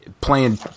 playing